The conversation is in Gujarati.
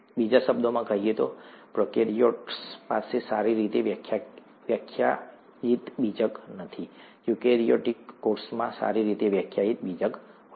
બીજા શબ્દોમાં કહીએ તો પ્રોકેરીયોટ્સ પાસે સારી રીતે વ્યાખ્યાયિત બીજક નથી યુકેરીયોટિક કોષોમાં સારી રીતે વ્યાખ્યાયિત બીજક હોય છે